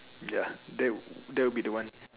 ya that that would be the one